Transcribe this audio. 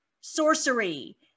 sorcery